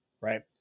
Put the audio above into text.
right